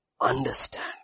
understand